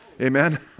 amen